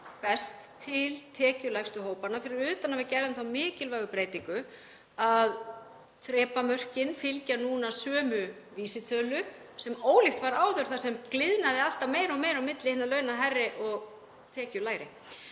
til tekjulægstu hópanna, fyrir utan að við gerðum þá mikilvægu breytingu að þrepamörkin fylgja núna sömu vísitölu, ólíkt því sem áður var þar sem gliðnaði alltaf meira og meira á milli hinna launahærri og tekjulægri.